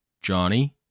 Johnny